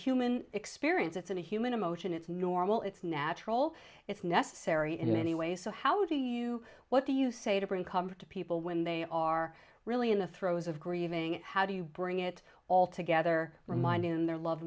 human experience it's a human emotion it's normal it's natural it's necessary in many ways so how do you what do you say to bring comfort to people when they are really in the throes of grieving how do you bring it all together reminding in their loved